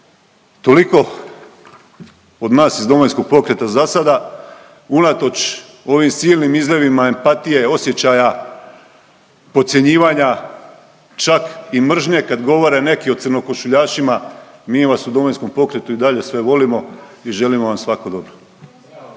Toliko od nas iz Domovinskog pokreta za sada. Unatoč ovim silnim izljevima empatije, osjećaja, podcjenjivanja čak i mržnje kad govore neki o crnokošuljašima, mi vas u Domovinskom pokretu i dalje sve volimo i želimo vam svako dobro.